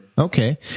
Okay